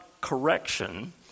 correction